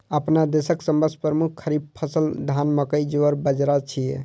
अपना देशक सबसं प्रमुख खरीफ फसल धान, मकई, ज्वार, बाजारा छियै